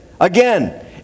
again